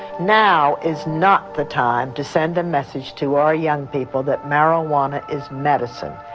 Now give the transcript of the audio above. now is not the time to send a message to our young people that marijuana is medicine.